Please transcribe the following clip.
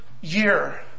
year